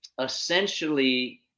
essentially –